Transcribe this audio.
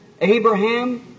Abraham